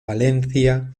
valencia